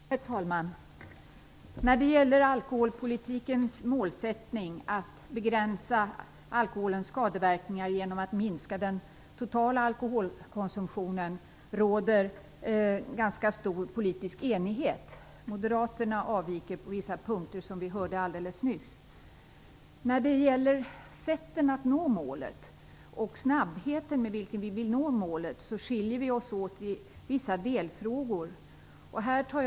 Herr talman! Det råder ganska stor politisk enighet om alkoholpolitikens målsättning att begränsa alkoholens skadeverkningar genom att minska den totala alkoholkonsumtionen. Moderaterna avviker, som vi hörde alldeles nyss, på vissa punkter. När det gäller sättet att nå målet och snabbheten med vilken vi vill nå målet skiljer vi oss åt i vissa delfrågor.